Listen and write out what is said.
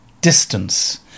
distance